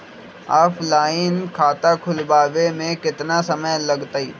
Offline खाता खुलबाबे में केतना समय लगतई?